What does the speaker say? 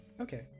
Okay